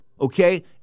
okay